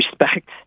respect